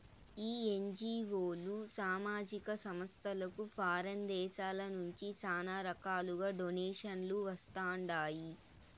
ఈ ఎన్జీఓలు, సామాజిక సంస్థలకు ఫారిన్ దేశాల నుంచి శానా రకాలుగా డొనేషన్లు వస్తండాయి